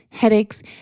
headaches